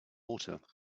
water